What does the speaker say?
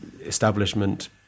establishment